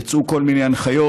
יצאו כל מיני הנחיות,